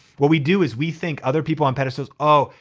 what we do is we think other people on pedestals. oh,